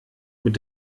mit